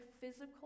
physical